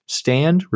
stand